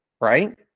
right